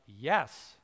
yes